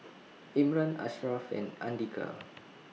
Imran Ashraf and Andika